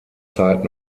zeit